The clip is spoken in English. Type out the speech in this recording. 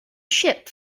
ship